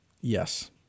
Yes